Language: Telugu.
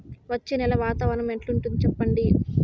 వచ్చే నెల వాతావరణం ఎట్లుంటుంది చెప్పండి?